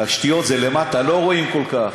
תשתיות זה למטה, לא רואים כל כך.